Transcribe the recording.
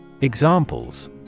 Examples